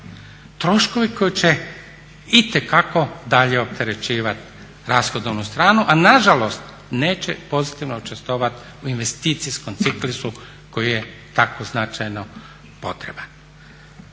Troškovi koji će itekako dalje opterećivat rashodovnu stranu, a nažalost neće pozitivno učestvovat u investicijskom ciklusu koji je tako značajno potreban.